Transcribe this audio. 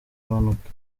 impanuka